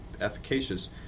efficacious